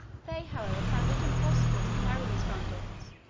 they, however, found it impossible to carry these bundles,